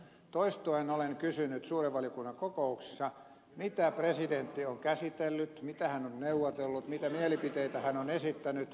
toistuen olen kysynyt suuren valiokunnan kokouksissa mitä presidentti on käsitellyt mistä hän on neuvotellut mitä mielipiteitä hän on esittänyt